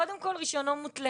קודם כל רישיונו מותלה